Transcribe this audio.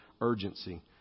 urgency